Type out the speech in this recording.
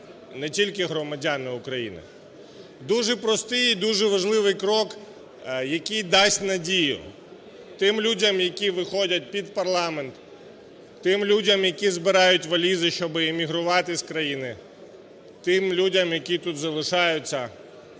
не тільки громадяни України. Дуже простий і дуже важливий крок, який дасть надію тим людям, які виходять під парламент, тим людям, які збирають валізи, щоб емігрувати з країни, тим людям, які тут залишаються,